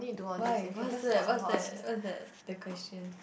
why what's that what's that what's that the question